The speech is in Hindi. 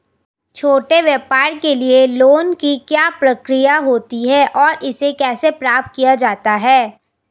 छोटे व्यापार के लिए लोंन की क्या प्रक्रिया होती है और इसे कैसे प्राप्त किया जाता है?